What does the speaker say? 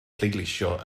pleidleisio